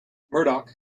murdoch